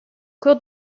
cours